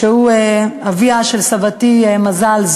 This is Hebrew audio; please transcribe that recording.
שהוא אביה של סבתי מזל,